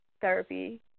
therapy